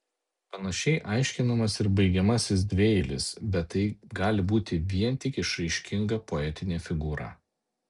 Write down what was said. panašiai aiškinamas ir baigiamasis dvieilis bet tai gali būti vien tik išraiškinga poetinė figūra